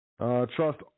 trust